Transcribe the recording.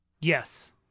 Yes